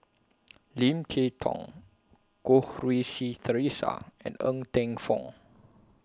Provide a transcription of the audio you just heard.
Lim Kay Tong Goh Rui Si Theresa and Ng Teng Fong